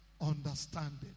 understanding